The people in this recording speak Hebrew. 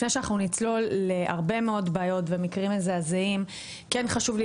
לפני שאנחנו נצלול להרבה מאוד בעיות ומקרים מזעזעים חשוב לי